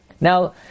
Now